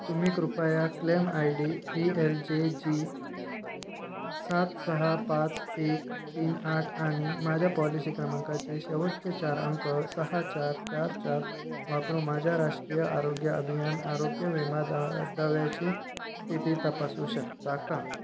तुम्ही कृपया claim I D V L J G सात सहा पाच एक तीन आठ आणि माझ्या पॉलिसी क्रमांकाचे शेवटचे चार अंक सहा चार चार चार वापरून माझ्या राष्ट्रीय आरोग्य अभियान आरोग्य विमा दा दाव्याची स्थिती तपासू शकता का